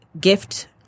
gift